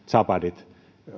zapadit